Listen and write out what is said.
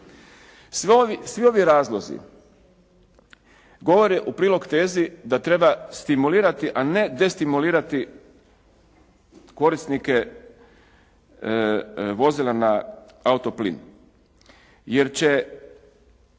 Svi ovi razlozi govore u prilog tezi da treba stimulirati a ne destimulirati korisnike vozila na autoplin jer će